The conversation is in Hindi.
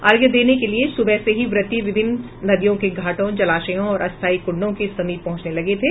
अर्घ्य देने के लिये सुबह से ही व्रती विभिन्न नदियों के घाटों जलाशयों और अस्थायी कुंडों के समीप पहुंचने लगे थे